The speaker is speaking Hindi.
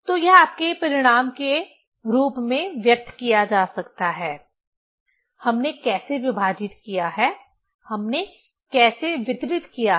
तो यह आपके परिणाम के रूप में व्यक्त किया जा सकता है हमने कैसे विभाजित किया है हमने कैसे वितरित किया है